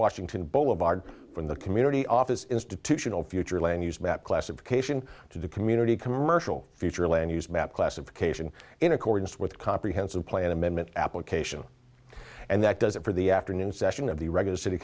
washington boulevard from the community office institutional future land use map classification to the community commercial future land use map classification in accordance with comprehensive plan amendment application and that does it for the afternoon session of the regular city